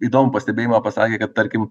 įdomų pastebėjimą pasakė kad tarkim